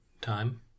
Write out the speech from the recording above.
time